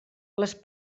les